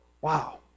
Wow